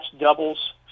doubles